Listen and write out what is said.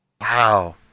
Wow